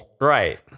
Right